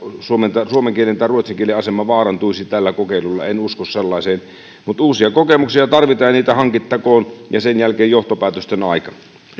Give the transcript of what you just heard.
suomen tai ruotsin kielen asema vaarantuisi tällä kokeilulla en usko sellaiseen mutta uusia kokemuksia tarvitaan ja niitä hankittakoon ja sen jälkeen on johtopäätösten aika